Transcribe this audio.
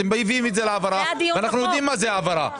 אתם מביאים את זה להעברה ואנחנו יודעים מה זה העברה.